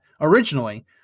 originally